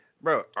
bro